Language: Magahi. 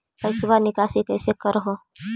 पैसवा निकासी कैसे कर हो?